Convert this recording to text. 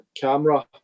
camera